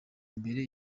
mbere